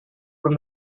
from